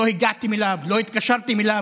לא הגעתם אליו, לא התקשרתם אליו.